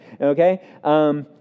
okay